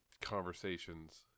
conversations